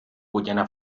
guyana